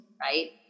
Right